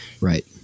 Right